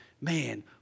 man